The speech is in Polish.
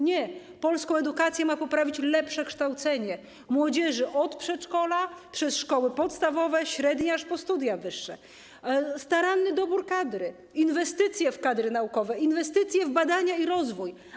Nie, polską edukację ma poprawić lepsze kształcenie młodzieży od przedszkola, przez szkoły podstawowe, średnie aż po studia wyższe, staranny dobór kadry, inwestycje w kadry naukowe, inwestycje w badania i rozwój.